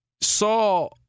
saw